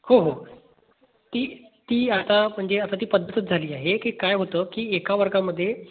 हो हो ती ती आता म्हणजे आता ती पद्धतच झाली आहे की काय होतं की एका वर्गामध्ये